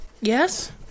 Yes